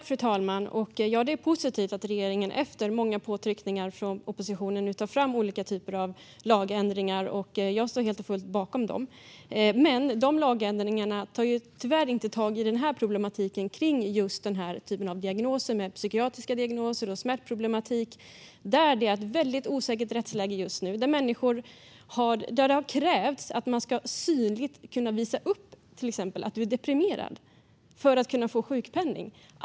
Fru talman! Ja, det är positivt att regeringen efter många påtryckningar från oppositionen nu tar fram olika typer av lagändringar, och jag står helt och fullt bakom dem. Men de lagändringarna tar tyvärr inte tag i problematiken kring just den här typen av diagnoser, alltså psykiatriska diagnoser och smärtproblematik, där det är ett väldigt osäkert rättsläge just nu och där det har krävts att man på ett synligt sätt ska kunna visa upp att man till exempel är deprimerad för att kunna få sjukpenning.